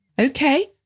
Okay